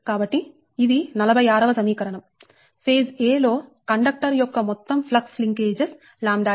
కాబట్టి ఇది 46 వ సమీకరణం ఫేజ్ a లో కండక్టర్ యొక్క మొత్తం ఫ్లక్స్ లింకేజెస్ ʎa